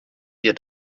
hier